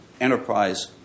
enterprise